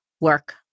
work